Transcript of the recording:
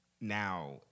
now